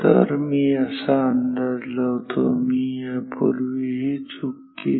तर मी असा अंदाज लावतो मी यापूर्वीही चूक केली